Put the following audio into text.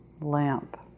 lamp